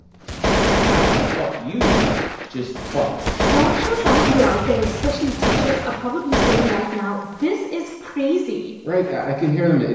fuck not fuck you just fuck now i'm sure some of you out there, especially teachers, are probably saying right now, this is crazy right. i can hear them.